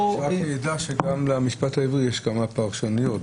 שתדע שגם למשפט העברי יש כמה פרשנויות.